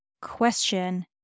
question